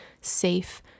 safe